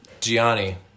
Gianni